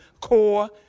core